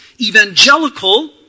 Evangelical